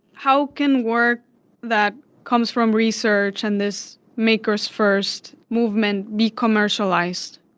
how can work that comes from research and this maker s first movement be commercialized?